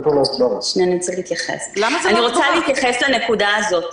אני רוצה להתייחס לנקודה הזאת: